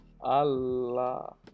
Allah